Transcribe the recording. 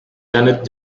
janet